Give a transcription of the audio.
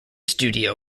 studio